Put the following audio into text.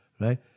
right